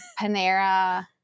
panera